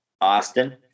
Austin